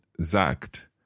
sagt